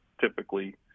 typically